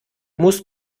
musst